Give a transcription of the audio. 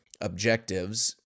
objectives